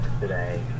today